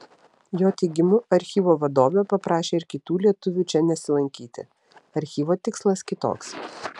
jo teigimu archyvo vadovė paprašė ir kitų lietuvių čia nesilankyti archyvo tikslas kitoks